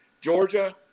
Georgia